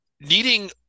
needing